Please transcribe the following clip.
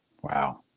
Wow